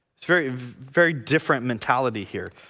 it's very very different mentality here.